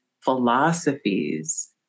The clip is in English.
philosophies